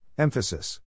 Emphasis